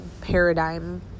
paradigm